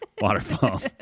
waterfall